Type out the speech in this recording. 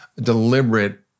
deliberate